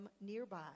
nearby